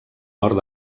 nord